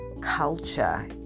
culture